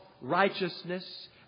righteousness